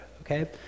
okay